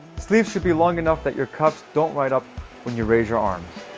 sleeves should be long enough that your cuffs don't ride up when you raise your arms,